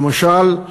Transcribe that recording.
למשל,